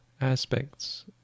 aspects